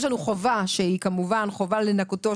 חובה שהיא כמובן חובה לנכותו,